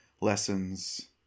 lessons